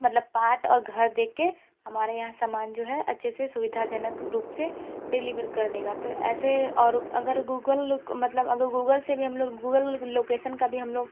मतलब पार्ट और घर देख के हमारे यहाँ सामान जो है अच्छे से सुविधाजनक रूप से डिलीवर कर देगा तो ऐसे और अगर गूगल लुक मतलब गूगल से भी हम लोग गूगल लोकेसन का भी हम लोग